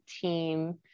team